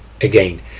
Again